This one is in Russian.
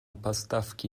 поставки